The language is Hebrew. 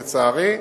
לצערי.